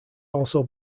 also